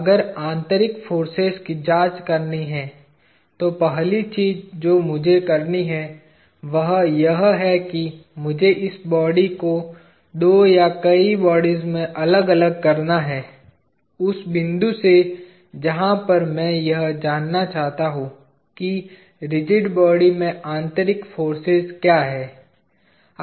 अगर आंतरिक फोर्सेज की जांच करनी है तो पहली चीज जो मुझे करनी है वह यह है कि मुझे इस बॉडी को दो या कई बॉडीज में अलग अलग करना है उस बिंदु से जहा पर मैं यह जानना चाहता हूं कि रिजिड बॉडी में आंतरिक फाॅर्स क्या हैं